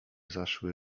zaszły